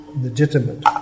Legitimate